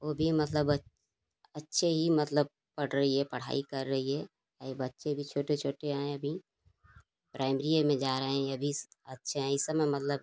वो भी मतलब अच्छे ही मतलब पढ़ रही है पढ़ाई कर रही है वे बच्चे भी छोटे छोटे हैं अभी प्रायमरीये में जा रहे हैं अभी अच्छे है इस समय मतलब